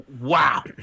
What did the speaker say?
wow